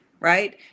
Right